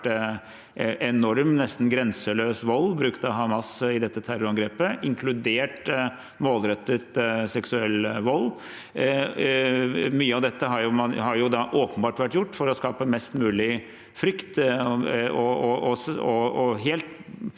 Det har vært en enorm, nesten grenseløs vold brukt av Hamas i dette terrorangrepet, inkludert målrettet seksuell vold. Mye av dette har åpenbart vært gjort for å skape mest mulig frykt,